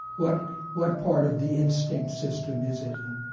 what what part of the instinct system is it. and